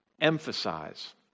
emphasize